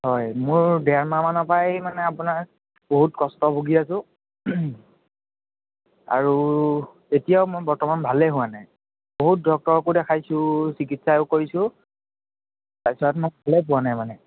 হয় মোৰ ডেৰমাহ মানৰ পৰাই মানে আপোনাৰ বহুত কষ্ট ভূগি আছোঁ আৰু এতিয়াও মই বৰ্তমান ভালেই পোৱা নাই বহুত ডক্তৰকো দেখাইছোঁ চিকিৎসাও কৰিছোঁ তাৰপিছত মই ভালেই পোৱা নাই মানে